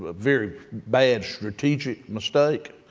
but very bad strategic mistake